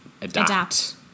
adapt